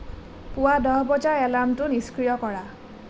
পুুৱা দহ বজাৰ এলাৰ্মটো নিষ্ক্ৰিয় কৰা